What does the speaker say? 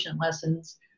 lessons